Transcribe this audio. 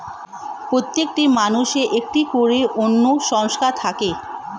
প্রত্যেকটি মানুষের একটা করে অনন্য সংখ্যা থাকে